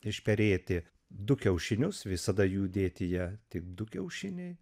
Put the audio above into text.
išperėti du kiaušinius visada jų dėtyje tik du kiaušiniai